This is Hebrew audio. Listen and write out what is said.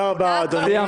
תודה רבה, אדוני.